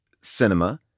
cinema